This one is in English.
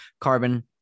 carbon